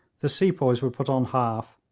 the sepoys were put on half,